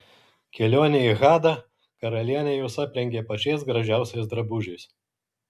kelionei į hadą karalienė jus aprengė pačiais gražiausiais drabužiais